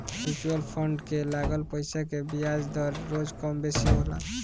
mutual fund के लागल पईसा के बियाज दर रोज कम बेसी होला